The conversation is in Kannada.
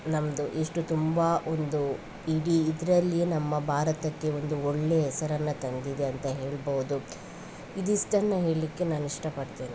ನಮ್ಮದು ಇಷ್ಟು ತುಂಬ ಒಂದು ಇಡೀ ಇದರಲ್ಲಿ ನಮ್ಮ ಭಾರತಕ್ಕೆ ಒಂದು ಒಳ್ಳೆ ಹೆಸರನ್ನು ತಂದಿದೆ ಅಂತ ಹೇಳ್ಬೋದು ಇದಿಷ್ಟನ್ನ ಹೇಳ್ಲಿಕ್ಕೆ ನಾನು ಇಷ್ಟಪಡ್ತೇನೆ